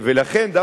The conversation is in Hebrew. ולכן,